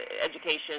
education